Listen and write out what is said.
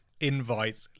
invite